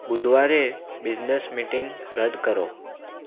બુધવારે business meeting રદ કરો